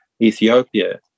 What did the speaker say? Ethiopia